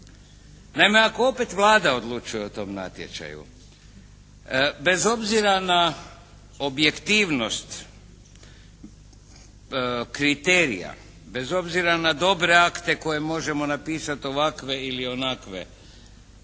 Naime, ako opet Vlada odlučuje o tome natječaju, bez obzira na objektivnost kriterija, bez obzira na dobre akte koje možemo napisati ovakve ili onakve